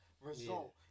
result